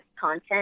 content